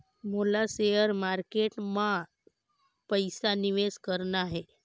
मोला share market मां पइसा निवेश करना हे?